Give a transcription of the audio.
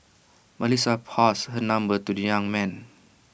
Melissa passed her number to the young man